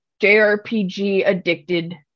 JRPG-addicted